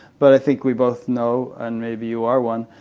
but i think we both know, and maybe you are one,